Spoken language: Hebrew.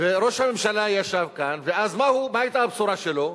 ראש הממשלה ישב כאן, ואז, מה היתה הבשורה שלו?